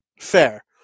Fair